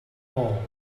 all